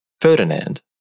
Ferdinand